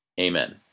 Amen